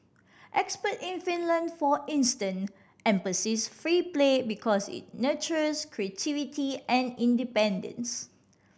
expert in Finland for instance emphasise free play because it nurtures creativity and independence